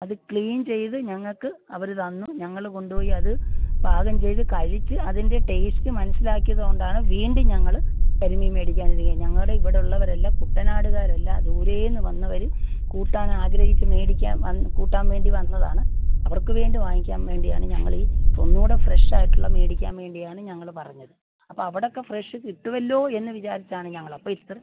അത് ക്ലീൻ ചെയ്ത് ഞങ്ങൾക്ക് അവർ തന്നു ഞങ്ങൾ കൊണ്ട് പോയി അത് പാകം ചെയ്ത് കഴിച്ച് അതിൻ്റെ ടേസ്റ്റ് മനസ്സിലാക്കിയത് കൊണ്ടാണ് വീണ്ടും ഞങ്ങൾ കരിമീൻ മേടിക്കാനൊരുങ്ങിയത് ഞങ്ങളുടെ ഇവിടുള്ളവരെല്ലാം കുട്ടനാടുകാരല്ലേ ദൂരെന്ന് വന്നവർ കൂട്ടാനാഗ്രഹിച്ച് മേടിക്കാൻ വന്ന് കൂട്ടാൻ വേണ്ടി വന്നതാണ് അവർക്ക് വേണ്ടി വാങ്ങിക്കാൻ വേണ്ടിയാണ് ഞങ്ങളീ ഒന്നൂടെ ഫ്രഷായിട്ടുള്ളത് മേടിക്കാൻ വേണ്ടിയാണ് ഞങ്ങൾ പറഞ്ഞത് അപ്പോൾ അവിടൊക്കെ ഫ്രഷ് കിട്ടുമല്ലോ എന്ന് വിചാരിച്ചാണ് ഞങ്ങളപ്പോൾ ഇത്ര